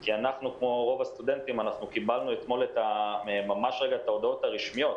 כי אנחנו כמו רוב הסטודנטים קיבלנו אתמול את ההודעות הרשמיות.